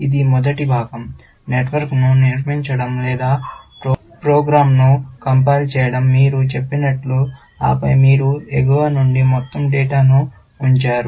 ఇది మొదటి భాగం నెట్వర్క్ను నిర్మించడం లేదా ప్రోగ్రామ్ను కంపైల్ చేయడం మీరు చెప్పినట్లు ఆపై మీరు ఎగువ నుండి మొత్తం డేటాను ఉంచారు